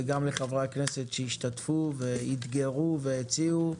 וגם לחברי הכנסת שהשתתפו בדיון ואתגרו והציעו,